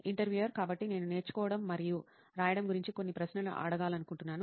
interviewer కాబట్టి నేను నేర్చుకోవడం మరియు రాయడం గురించి కొన్ని ప్రశ్నలు అడగాలనుకుంటున్నాను